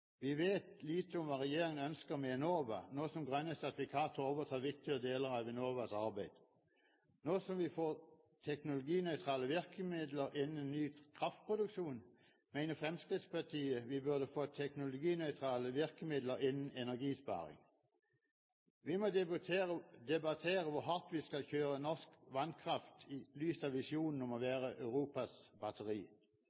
Vi vet lite om hva regjeringen ønsker med Enova, nå som grønne sertifikater overtar viktige deler av Enovas arbeid. Nå som vi får teknologinøytrale virkemidler innen ny kraftproduksjon, mener Fremskrittspartiet vi burde få teknologinøytrale virkemidler innen energisparing. Vi må debattere hvor hardt vi skal kjøre norsk vannkraft, i lys av visjonen om å